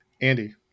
Andy